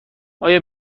آیا